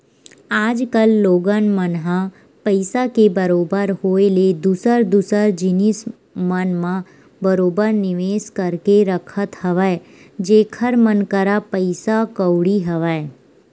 आज कल लोगन मन ह पइसा के बरोबर होय ले दूसर दूसर जिनिस मन म बरोबर निवेस करके रखत हवय जेखर मन करा पइसा कउड़ी हवय